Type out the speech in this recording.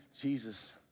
Jesus